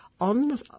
on